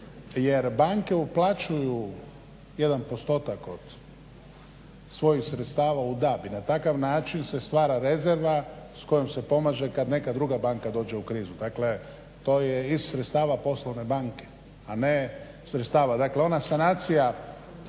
jer banke uplaćuju 1% od svojih sredstava u DAB i na takav način se stvara rezerva s kojom se pomaže kada neka druga banka dođe u krizu. Dakle to je iz sredstava poslovne banke, a ne sredstava. Dakle ona sanacija